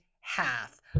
half